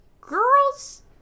girls